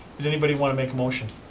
does anybody want to make a motion?